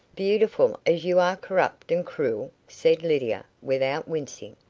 beautiful as you are corrupt and cruel, said lydia, without wincing.